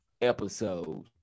episode